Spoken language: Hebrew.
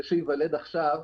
זה שייוולד עכשיו: